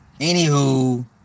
Anywho